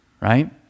right